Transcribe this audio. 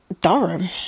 Durham